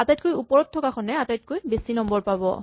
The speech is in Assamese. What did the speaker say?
আটাইতকৈ ওপৰত থকা খনে আটাইতকৈ বেছি নম্বৰ পাব লাগিব